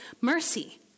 mercy